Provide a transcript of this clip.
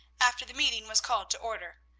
after the meeting was called to order,